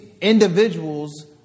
individuals